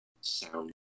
sound